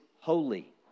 holy